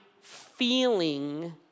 feeling